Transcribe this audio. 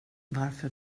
varför